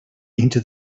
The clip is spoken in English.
into